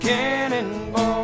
Cannonball